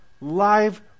live